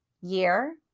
year